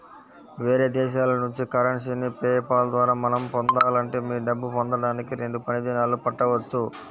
వేరే దేశాల నుంచి కరెన్సీని పే పాల్ ద్వారా మనం పొందాలంటే మీ డబ్బు పొందడానికి రెండు పని దినాలు పట్టవచ్చు